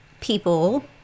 people